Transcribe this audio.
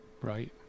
Right